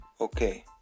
Okay